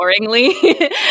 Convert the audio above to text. boringly